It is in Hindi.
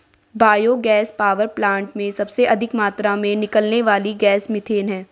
बायो गैस पावर प्लांट में सबसे अधिक मात्रा में निकलने वाली गैस मिथेन है